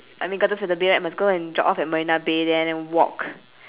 I mean gardens by the bay right must go and drop off at marina bay there then walk